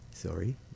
Sorry